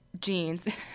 jeans